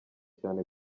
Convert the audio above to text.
cyane